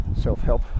self-help